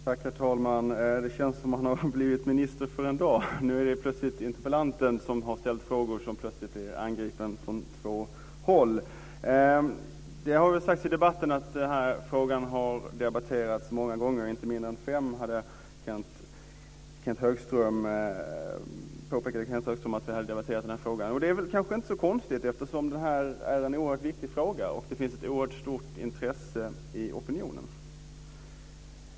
Herr talman! Det känns som om jag har blivit minister för en dag. Nu är interpellanten, som har ställt frågorna, plötsligt angripen från två håll. Det har i diskussionen sagts att den här frågan har debatterats många gånger. Kenth Högström hade räknat fram inte mindre än fem sådana tillfällen. Det är kanske inte så konstigt eftersom det gäller en oerhört viktig fråga, som tilldrar sig ett oerhört stort intresse i opinionen.